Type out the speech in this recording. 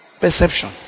Perception